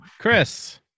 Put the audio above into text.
Chris